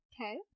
okay